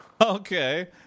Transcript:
Okay